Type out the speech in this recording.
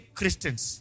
Christians